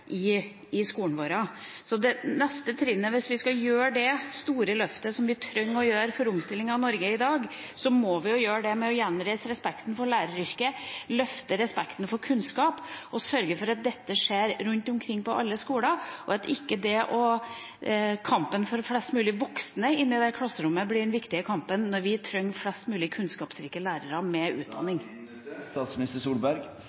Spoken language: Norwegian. i skolen? Så det neste trinnet, hvis vi skal gjøre det store løftet som vi trenger å gjøre for omstillingen av Norge i dag, er å gjenreise respekten for læreryrket, løfte respekten for kunnskap og sørge for at dette skjer rundt omkring på alle skoler – at ikke kampen for flest mulig voksne i klasserommet blir den viktige kampen, når vi trenger flest mulig kunnskapsrike lærere med